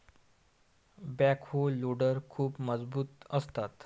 backhoe loader खूप मजबूत असतात